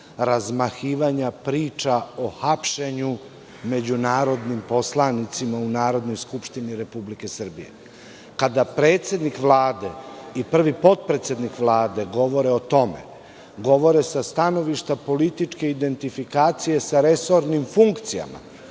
razmahivanja priča o hapšenju među narodnim poslanicima u Narodnoj skupštini Republike Srbije. Kada predsednik Vlade i prvi potpredsednik Vlade govore o tome, govore sa stanovišta političke identifikacije sa resornim funkcijama,